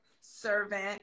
servant